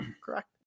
correct